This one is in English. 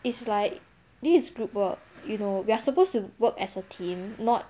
it's like this is group work you know we're supposed to work as a team not